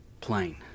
plane